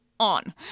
on